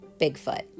Bigfoot